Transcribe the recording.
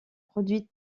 produite